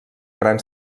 gran